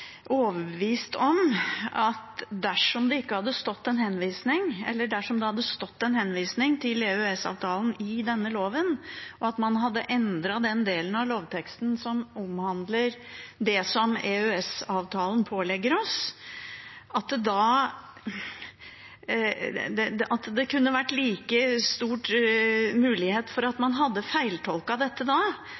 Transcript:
overbevist om at dersom det hadde stått en henvisning til EØS-avtalen i denne loven, og man hadde endret den delen av lovteksten som omhandler det som EØS-avtalen pålegger oss, kunne det vært en like stor mulighet for at man hadde feiltolket dette.